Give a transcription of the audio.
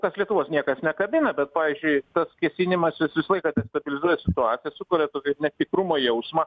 tas lietuvos niekas nekabina bet pavyzdžiui tas kėsinimasis visą laiką destabilizuoja situaciją sukuria tokį netikrumo jausmą